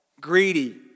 greedy